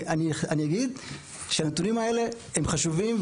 אני אגיד שנתונים האלה הם חשובים,